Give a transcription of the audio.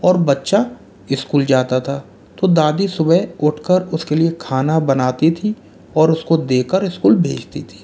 और बच्चा स्कूल जाता था तो दादी सुबह उठ कर उसके लिए खाना बनाती थी और उसको दे कर स्कूल भेजती थी